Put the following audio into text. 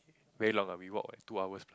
very long ah we walk like two hours